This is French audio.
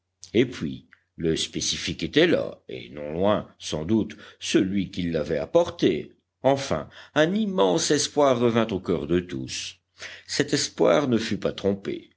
et puis le spécifique était là et non loin sans doute celui qu'il l'avait apporté enfin un immense espoir revint au coeur de tous cet espoir ne fut pas trompé